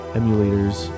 Emulators